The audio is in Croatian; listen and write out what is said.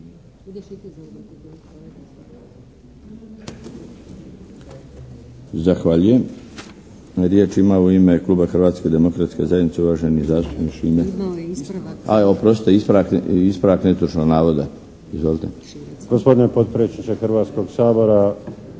Zahvaljujem. Riječ ima u ime Kluba Hrvatske demokratske zajednice uvaženi zastupnik Šime. A oprostite, ispravak netočnog navoda. Izvolite. **Širac, Marko (HDZ)** Gospodine potpredsjedniče Hrvatskog sabora,